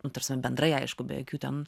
nu ta prasme bendrai aišku be jokių ten